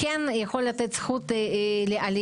כן יכול לתת זכות לעלייה.